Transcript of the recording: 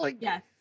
Yes